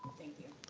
thank you.